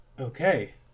Okay